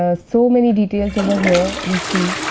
ah so many details over here we see